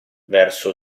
verso